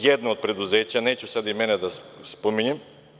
Jedno od preduzeća, neću sada imena da spominjem.